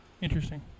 Interesting